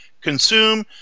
consume